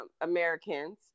americans